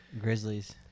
Grizzlies